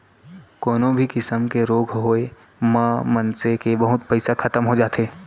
कोनो भी किसम के रोग होय म मनसे के बहुत पइसा खतम हो जाथे